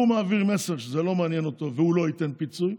הוא מעביר מסר שזה לא מעניין אותו והוא לא ייתן פיצוי.